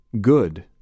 Good